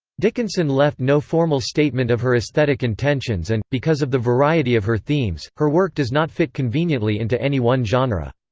dickinson left no formal statement of her aesthetic intentions and, because of the variety of her themes, her work does not fit conveniently into any one genre.